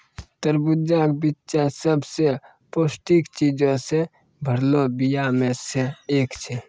तरबूजा के बिच्चा सभ से पौष्टिक चीजो से भरलो बीया मे से एक छै